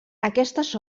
aquestes